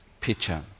picture